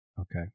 okay